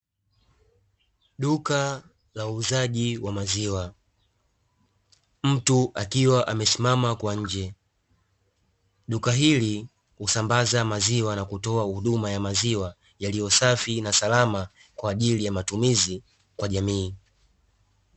Duka la huuzaji wa maziwa, mtu akiwa amesimama kwa nje, duka hili husambaza maziwa na kutoa huduma ya yaliyo safi na salama kwa ajili ya matumizi kwa jamii.